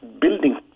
building